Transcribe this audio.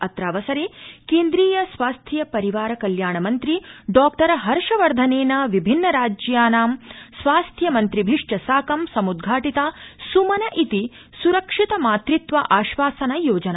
अत्रावसरे केन्द्रीय स्वास्थ्य परिवार कल्याणमन्त्री डॉ हर्षवर्धनेन विभिन्नराज्यानां स्वास्थ्य मन्त्रिभिश्च साकं समुद्घाटिता समन मि सुरक्षित मातृत्व आश्वासन योजना